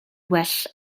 well